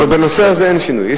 אבל בנושא הזה אין שינוי.